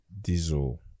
diesel